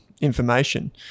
information